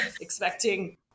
expecting